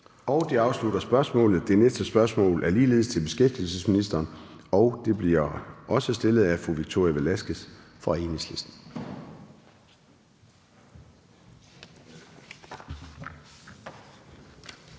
Det afslutter spørgsmålet. Det næste spørgsmål er ligeledes til beskæftigelsesministeren, og det bliver også stillet af fru Victoria Velasquez fra Enhedslisten.